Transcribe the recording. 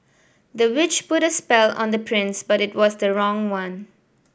the witch put a spell on the prince but it was the wrong one